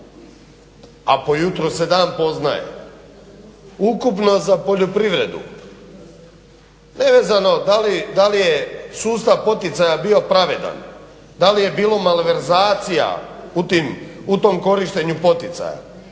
a po jutru se dan poznaje, ukupno za poljoprivredu, nevezano da li je sustav poticaja bio pravedan, da li je bilo malverzacija u tom korištenju poticaja,